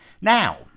Now